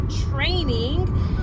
training